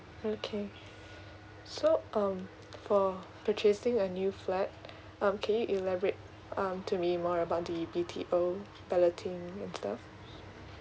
okay so um for purchasing a new flat um can you elaborate um to me more about the B_T_O balloting and stuff